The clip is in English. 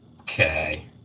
okay